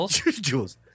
Jules